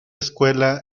escuela